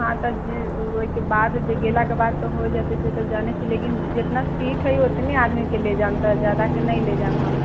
हँ तऽ ओहिके बाद गेलाके बाद तऽ हो जेतै से तऽ जानैत छियै लेकिन जितना सीट हइ उतने आदमीके ले जायब ज्यादाके नहि लऽ जायब हम